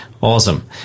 Awesome